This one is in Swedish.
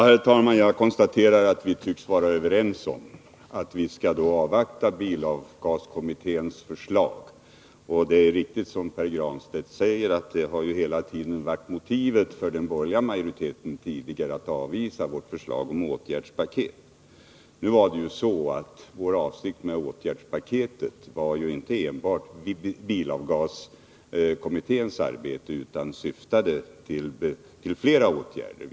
Herr talman! Jag konstaterar att vi tycks vara överens om att vi skall avvakta bilavgaskommitténs förslag. Det är riktigt som Pär Granstedt säger att det hela tiden har varit motivet för den borgerliga majoriteten att avvisa vårt förslag om åtgärdspaket. Vår avsikt med åtgärdspaketet handlade inte enbart om bilavgaskommitténs arbete utan syftade till flera åtgärder.